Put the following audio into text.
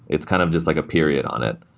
it's kind of just like a period on it.